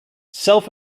self